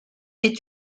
est